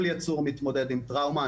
בטבע כל יצור מתמודד עם טראומה.